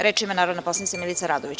Reč ima narodna poslanica Milica Radović.